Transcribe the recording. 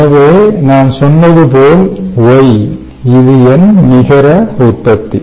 எனவே நான் சொன்னது போல் Y இது என் நிகர உற்பத்தி